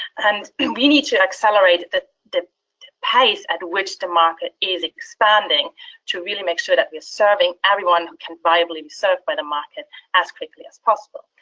and we need to accelerate the the pace at which the market is expanding to really make sure that we are serving everyone who can viably be served by the market as quickly as possible.